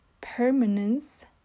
permanence